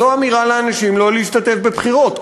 זו אמירה לאנשים לא להשתתף בבחירות.